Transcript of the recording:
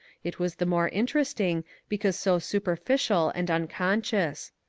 it was the more interesting because so superficial and unconscious.